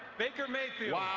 baker mayfield